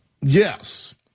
Yes